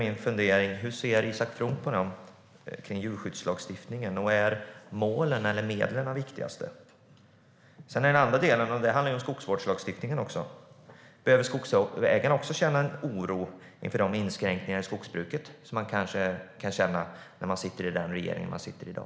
Då undrar jag: Hur ser Isak From på djurskyddslagstiftningen? Är målen eller medlen de viktigaste? Det andra handlar om skogsvårdslagstiftningen. Behöver skogsägarna känna oro inför inskränkningar i skogsbruket, som man kanske gör med den regering som sitter i dag?